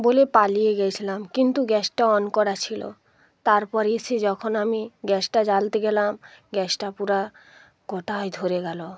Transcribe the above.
বলে পালিয়ে গিয়েছিলাম কিন্তু গ্যাসটা অন করা ছিল তার পরে এসে যখন আমি গ্যাসটা জ্বালতে গেলাম গ্যাসটা পুরো গোটায় ধরে গেলো